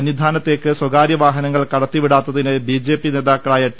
സന്നിധാനത്തേക്ക് സ്വകാര്യ വാഹനങ്ങൾ കടത്തിവിടാ ത്തതിനെ ബിജെപി നേതാക്കളായ ടി